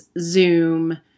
Zoom